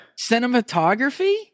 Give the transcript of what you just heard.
Cinematography